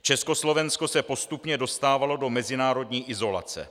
Československo se postupně dostávalo do mezinárodní izolace.